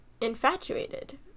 infatuated